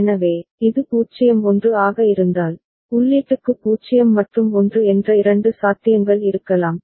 எனவே இது 0 1 ஆக இருந்தால் உள்ளீட்டுக்கு 0 மற்றும் 1 என்ற இரண்டு சாத்தியங்கள் இருக்கலாம்